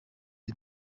the